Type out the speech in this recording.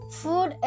food